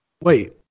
Wait